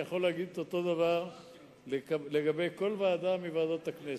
ואני יכול להגיד אותו דבר לגבי כל ועדה מוועדות הכנסת.